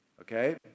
okay